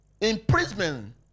Imprisonment